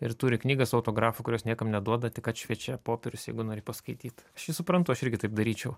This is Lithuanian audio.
ir turi knygą su autografu kurios niekam neduoda tik atšviečia popierius jeigu nori paskaityt aš jį suprantu aš irgi taip daryčiau